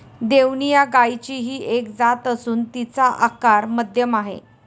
देवणी या गायचीही एक जात असून तिचा आकार मध्यम आहे